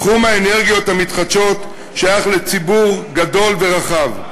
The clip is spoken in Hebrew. תחום האנרגיות המתחדשות שייך לציבור גדול ורחב.